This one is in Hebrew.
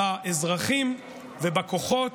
באזרחים ובכוחות.